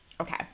Okay